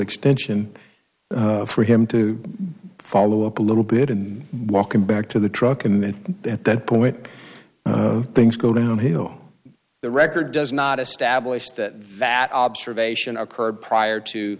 extension for him to follow up a little bit and welcome back to the truck and then at that point things go downhill the record does not establish that that observation occurred prior to